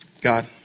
God